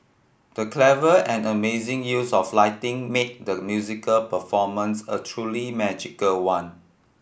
the clever and amazing use of lighting made the musical performance a truly magical one